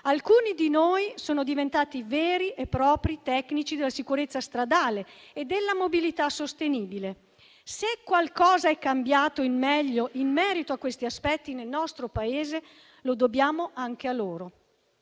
Alcuni di noi sono diventati veri e propri tecnici della sicurezza stradale e della mobilità sostenibile. Se qualcosa è cambiato in meglio in merito a questi aspetti nel nostro Paese, lo dobbiamo anche a loro.